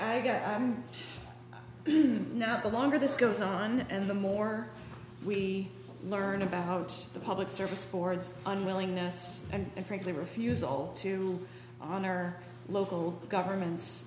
guess i'm not the longer this goes on and the more we learn about the public service ford's unwillingness and frankly refusal to honor local government